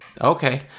Okay